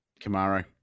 Camaro